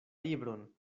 libron